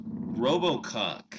Robocock